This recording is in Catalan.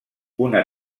una